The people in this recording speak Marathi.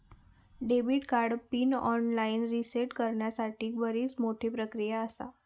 debit card pin online reset करण्यासाठीक बरीच मोठी प्रक्रिया आसा